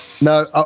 no